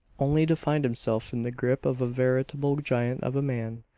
only to find himself in the grip of a veritable giant of a man.